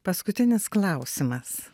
paskutinis klausimas